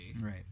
Right